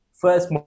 first